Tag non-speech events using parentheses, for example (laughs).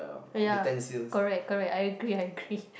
uh ya correct correct I agree I agree (laughs)